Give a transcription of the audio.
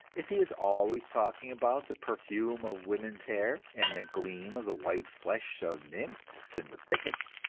if he is always talking about the perfume of women's hair and the gleam of the white flesh of nymphs in the thickets,